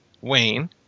Wayne